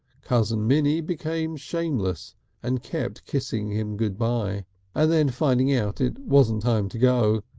cousin minnie became shameless and kept kissing him good-by and then finding out it wasn't time to go.